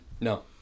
No